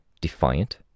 Defiant